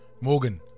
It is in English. Morgan